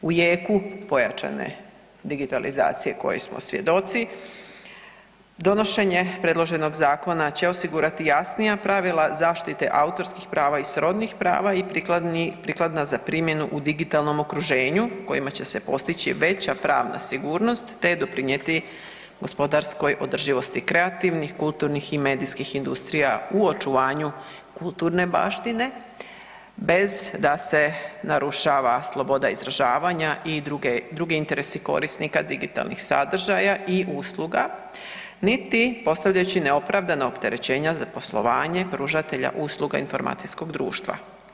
U jeku pojačane digitalizacije kojoj smo svjedoci donošenje predloženog zakona će osigurati jasnija pravila zaštite autorskih prava i srodnih prava i prikladna za primjenu u digitalnom okruženju kojima će se postići veća pravna sigurnost te doprinijeti gospodarskoj održivosti kreativnih, kulturnih i medijskih industrija u očuvanju kulturne baštine bez da se narušava sloboda izražavanja i drugi interesi korisnika digitalnih sadržaja i usluga niti postavljajući neopravdana opterećenja za poslovanja pružatelja usluga informacijskog društva.